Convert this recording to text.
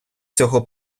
цього